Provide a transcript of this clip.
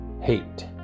hate